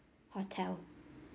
hotel